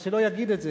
אז שלא יגיד את זה.